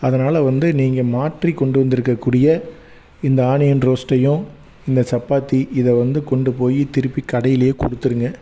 அதனால் வந்து நீங்கள் மாற்றிக் கொண்டு வந்துருக்கக் கூடிய இந்த ஆனியன் ரோஸ்ட்டையும் இந்த சப்பாத்தி இதை வந்து கொண்டு போயி திருப்பி கடையிலேயே கொடுத்துருங்க